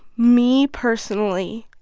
me personally,